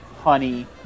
honey